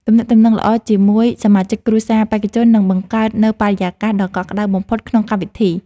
ទំនាក់ទំនងល្អជាមួយសមាជិកគ្រួសារបេក្ខជននឹងបង្កើតនូវបរិយាកាសដ៏កក់ក្ដៅបំផុតក្នុងកម្មវិធី។